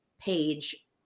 page